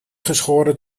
geschoren